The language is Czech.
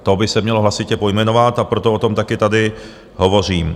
To by se mělo hlasitě pojmenovat, a proto o tom taky tady hovořím.